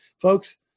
folks